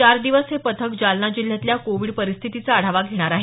चार दिवस हे पथक जालना जिल्ह्यातल्या कोविड परिस्थितीचा आढावा घेणार आहे